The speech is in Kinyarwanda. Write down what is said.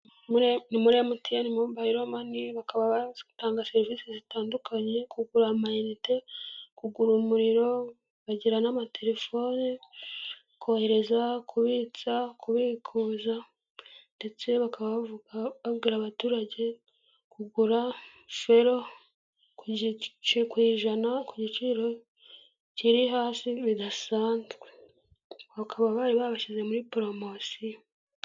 Ni muri MTN mobayilo mani bakaba batanga serivise zitandukanye, kugura amayinite, kugura umuriro, bagira n'amatelefoni, kohereza, kubitsa, kubikuza, ndetse bakaba babwira abaturage kugura felo ku ijana ku giciro kiri hasi bidanzwe, bakaba bari babashyize muri poromosiyo.